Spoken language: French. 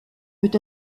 peut